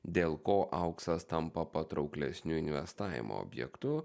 dėl ko auksas tampa patrauklesniu investavimo objektu